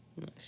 Nice